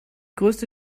größte